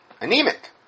anemic